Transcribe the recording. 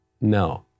No